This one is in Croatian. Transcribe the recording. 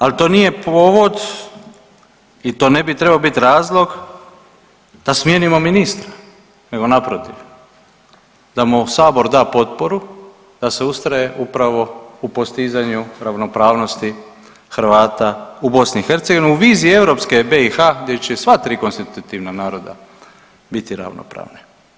Ali to nije povod i to ne bi trebao biti razlog da smijenimo ministra, nego naprotiv da mu sabor da potporu da se ustraje upravo u postizanju ravnopravnosti Hrvata u BiH u viziji europske BiH gdje će sva tri konstitutivna naroda biti ravnopravna.